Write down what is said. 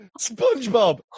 SpongeBob